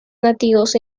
nativos